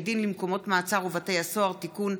דין למקומות מעצר ובתי הסוהר) (תיקון),